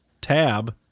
Tab